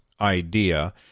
idea